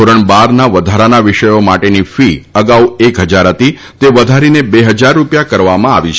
ધોરણ બારમાં વધારાના વિષયો માટેની ફી અગાઉ એક હજાર હતી તે વધારીને બે હજાર રૂપિયા કરવામાં આવી છે